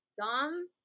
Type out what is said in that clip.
Dom